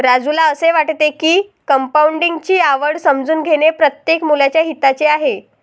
राजूला असे वाटते की कंपाऊंडिंग ची आवड समजून घेणे प्रत्येक मुलाच्या हिताचे आहे